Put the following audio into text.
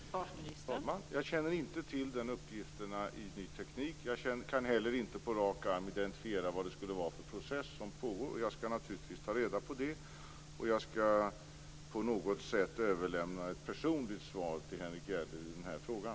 Fru talman! Jag känner inte till uppgifterna i Ny Teknik. Jag kan inte heller på rak arm identifiera vad det är för process som pågår. Jag skall naturligtvis ta reda på det. Jag skall på något sätt överlämna ett personligt svar till Henrik Järrel i frågan.